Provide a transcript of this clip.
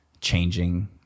changing